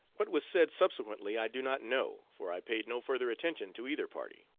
what was said subsequently i do not know, for i paid no further attention to either party.